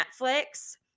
Netflix